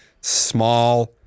small